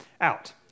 out